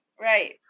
Right